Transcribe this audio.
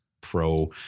pro